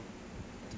to